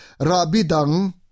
rabidang